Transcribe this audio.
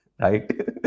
Right